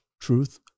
truth